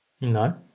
No